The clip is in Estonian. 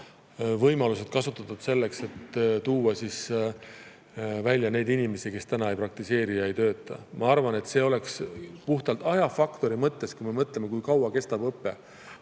võimalusi selleks, et tuua välja neid inimesi, kes praegu ei praktiseeri ega tööta. Ma arvan, et see oleks puhtalt ajafaktori mõttes, kui me mõtleme, kui kaua kestab õpe,